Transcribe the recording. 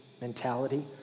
mentality